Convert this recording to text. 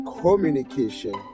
communication